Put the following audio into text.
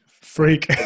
Freak